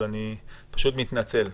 אבל אני פשוט מתנצל.